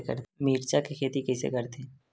मिरचा के खेती कइसे करथे?